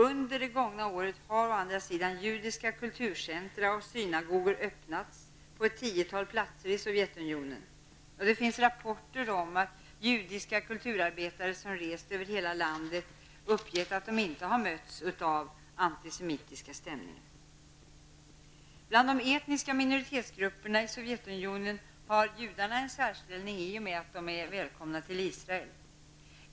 Under det gångna året har å andra sidan judiska kulturcentra och synagogor öppnats på ett tiotal platser i Sovjetunionen, och det finns rapporter om att judiska kulturarbetare som rest över hela landet uppgett att de inte mötts av antisemitiska stämningar. Sovjetunionen har judarna en särställning i och med att de är välkomna till Israel.